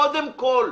קודם כול,